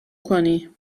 کنی